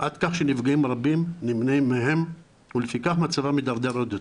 עד כדי כך שנפגעים רבים נמנעים מהם ולפיכך מצבם מידרדר עוד יותר.